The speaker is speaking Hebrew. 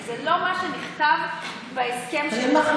אבל זה לא מה שנכתב בהסכם שלכם.